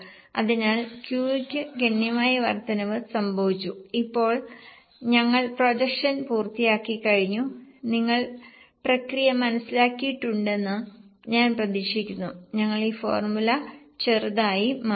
അതിനാൽ Q യ്ക്ക് ഗണ്യമായ വർദ്ധനവ് സംഭവിച്ചു ഇപ്പോൾ ഞങ്ങൾ പ്രൊജക്ഷൻ പൂർത്തിയാക്കിക്കഴിഞ്ഞു നിങ്ങൾ പ്രക്രിയ മനസ്സിലാക്കിയിട്ടുണ്ടെന്ന് ഞാൻ പ്രതീക്ഷിക്കുന്നു ഞങ്ങൾ ഈ ഫോർമുല ചെറുതായി മാറ്റും